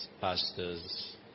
pastors